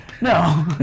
No